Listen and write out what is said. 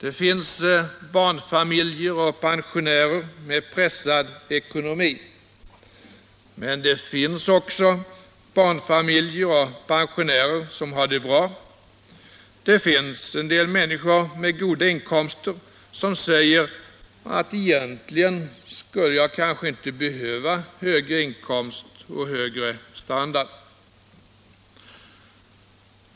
Det finns barnfamiljer och pensionärer med pressad ekonomi. Men det finns också barnfamiljer och pensionärer som har det bra. Det finns en del människor med goda inkomster, som säger att egentligen skulle jag kanske inte behöva större inkomst och högre standard.